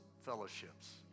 fellowships